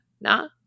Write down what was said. nah